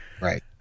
Right